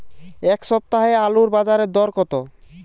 এ সপ্তাহে আলুর বাজারে দর কত?